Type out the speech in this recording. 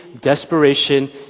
desperation